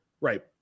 Right